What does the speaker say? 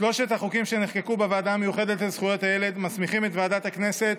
שלושת החוקים שנחקקו בוועדה המיוחדת לזכויות הילד מסמיכים את ועדת הכנסת